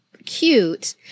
cute